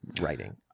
writing